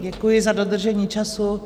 Děkuji za dodržení času.